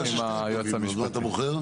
הלאה,